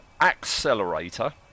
Accelerator